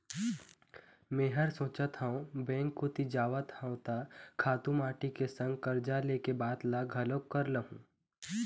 मेंहा सोचत हव बेंक कोती जावत हव त खातू माटी के संग करजा ले के बात ल घलोक कर लुहूँ